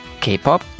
K-pop